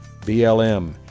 BLM